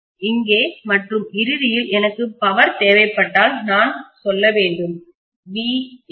இங்கே மற்றும் இறுதியில் எனக்கு பவர் தேவைப்பட்டால் நான் சொல்ல வேண்டும்